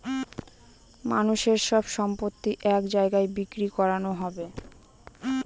মানুষের সব সম্পত্তি এক জায়গায় বিক্রি করানো হবে